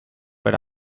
but